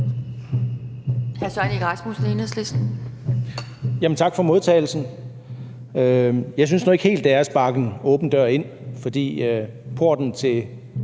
tak for modtagelsen. Jeg synes nu ikke helt, det er at sparke en åben dør ind, for porten til